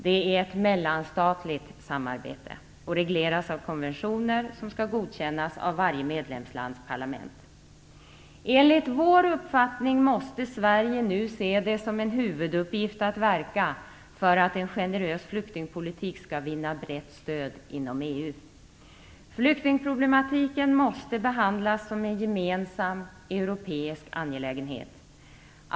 Det är ett mellanstatligt samarbete och regleras av konventioner som skall godkännas av varje medlemslands parlament. Enligt vår uppfattning måste Sverige nu se det som en huvuduppgift att verka för att en generös flyktingpolitik skall vinna brett stöd inom EU. Flyktingproblematiken måste behandlas som en gemensam europeisk angelägenhet.